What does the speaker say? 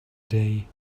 day